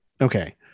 okay